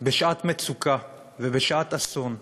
בשעת מצוקה ובשעת אסון,